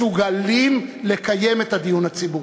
מסוגלים לקיים את הדיון הציבורי.